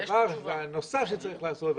הדבר הנוסף שצריך לעשות,